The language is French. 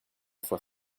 fois